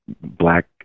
black